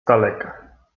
daleka